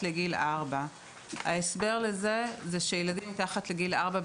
לגיל 4. ההסבר לזה הוא שילדים מתחת לגיל 4,